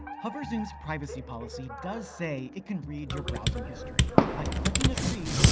hover zoom's privacy policy does say it can read your browsing history. by clicking agree,